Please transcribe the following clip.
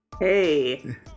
Hey